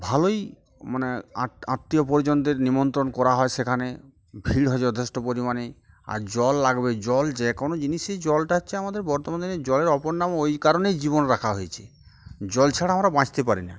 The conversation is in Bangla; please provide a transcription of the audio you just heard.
ভালোই মানে আ আত্মীয় পরিজনদের নিমন্ত্রণ করা হয় সেখানে ভিড় হয় যথেষ্ট পরিমাণে আর জল লাগবে জল যেকোনো জিনিসই জলটা হচ্ছে আমাদের বর্তমান দিনে জলের অপর নাম ওই কারণেই জীবন রাখা হয়েছে জল ছাড়া আমরা বাঁচতে পারি না